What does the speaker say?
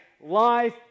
life